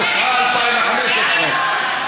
התשע"ה 2015,